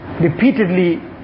repeatedly